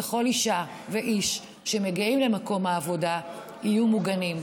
וכל אישה ואיש שמגיעים למקום העבודה יהיו מוגנים.